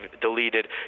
deleted